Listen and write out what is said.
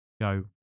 Go